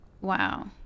Wow